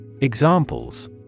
Examples